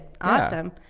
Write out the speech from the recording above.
Awesome